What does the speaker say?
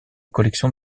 collections